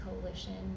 coalition